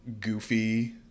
goofy